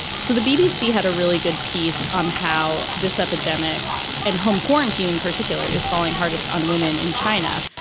so the bbc had a really good piece on how this epidemic and home quarantine in particular is falling hardest on women in china.